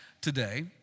Today